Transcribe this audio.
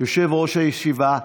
או יושב-ראש הישיבה,